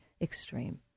extreme